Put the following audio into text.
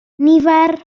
nifer